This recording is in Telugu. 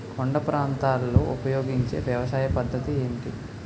కొండ ప్రాంతాల్లో ఉపయోగించే వ్యవసాయ పద్ధతి ఏంటి?